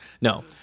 No